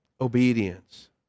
obedience